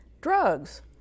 drugs